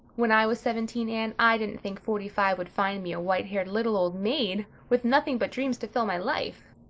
when i was seventeen, anne, i didn't think forty-five would find me a white-haired little old maid with nothing but dreams to fill my life.